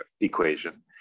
equation